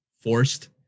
forced